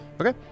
Okay